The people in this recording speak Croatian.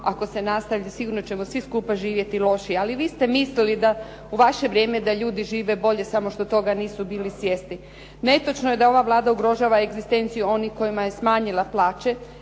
ako se nastavi sigurno ćemo svi skupa živjeti lošije. Ali vi ste mislili da u vaše vrijeme da ljudi žive bolje samo što toga nisu bili svjesni. Netočno je da ova Vlada ugrožava egzistenciju onih kojima je smanjila plaće.